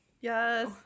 yes